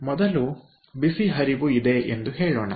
ಮೊದಲು ಬಿಸಿ ಹರಿವು ಇದೆ ಎಂದು ಹೇಳೋಣ